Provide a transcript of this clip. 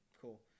cool